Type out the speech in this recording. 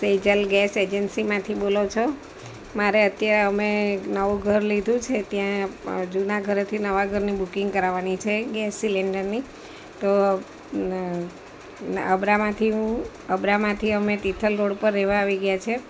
Sejal gas એજન્સીમાંથી બોલો છો મારે અત્યારે અમે એ નવું ઘર લીધું છે ત્યાં જૂના ઘરેથી નવા ઘરની બુકિંગ કરાવવાની છે ગેસ સિલેન્ડરની તો અબરામાંથી હું અબરામાંથી અમે તિથલ રોડ પર રહેવા આવી ગયા છીએ